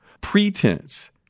Pretense